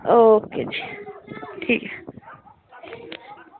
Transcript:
okay जी ठीक